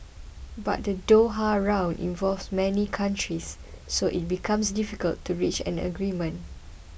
but the Doha Round involves many countries so it becomes difficult to reach an agreement